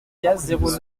soixante